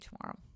tomorrow